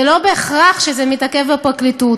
זה לא בהכרח שזה מתעכב בפרקליטות.